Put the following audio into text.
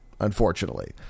unfortunately